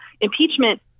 Impeachment